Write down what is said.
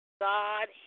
God